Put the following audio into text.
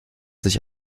sich